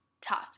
tough